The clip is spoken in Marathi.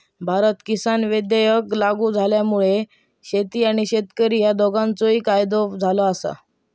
भारत किसान विधेयक लागू झाल्यामुळा शेती आणि शेतकरी ह्या दोघांचोही फायदो झालो आसा